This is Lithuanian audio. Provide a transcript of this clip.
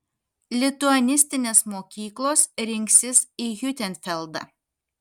lituanistinės mokyklos rinksis į hiutenfeldą